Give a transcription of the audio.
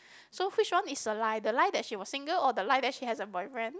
so which one is the lie the lie that she was single or the lie that she has a boyfriend